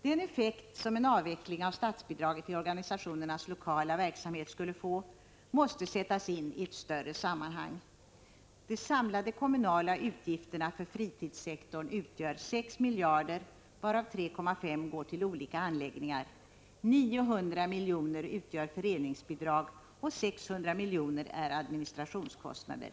Den effekt som en avveckling av statsbidraget till organisationernas lokala verksamhet skulle få måste sättas in i ett större sammanhang. De samlade kommunala utgifterna för fritidssektorn utgör 6 miljarder, varav 3,5 går till olika anläggningar, 900 miljoner utgör föreningsbidrag och 600 miljoner är administrationskostnader.